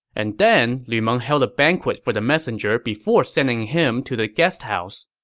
and then, lu meng held a banquet for the messenger before sending him to the guest house.